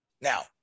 Now